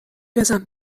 بزن